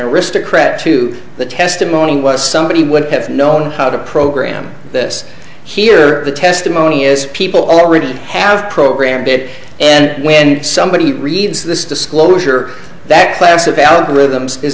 aristocrat to the testimony was somebody would have known how to program this here the testimony is people already have programmed it and when somebody reads this disclosure that class of algorithms is